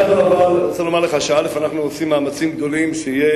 אני רוצה לומר לך שאנחנו עושים מאמצים גדולים שתהיה